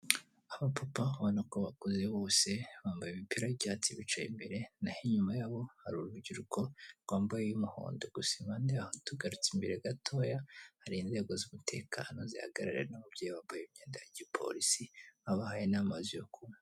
Apapa ubona ko bakozeze, bose bambaye imipira y'icyatsi; bicaye imbere naho inyuma yaho hari urubyiruko rwambaye iy'umuhondo gusa,a bandi tugarutse imbere gatoya hari inzego z'umutekano zihagarara n'ababyeyi bambaye imyenda ya gipolisi babahaye n'amazi yo kunywa